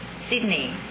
Sydney